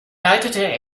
leitete